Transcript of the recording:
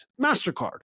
MasterCard